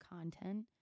content